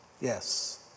Yes